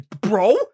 bro